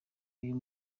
uyu